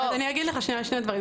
אני אומר לך שני דברים.